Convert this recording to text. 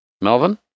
Melvin